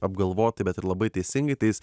apgalvotai bet ir labai teisingai tai jis